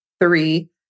three